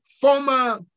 former